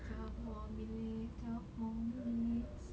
twelve more minutes twelve more minutes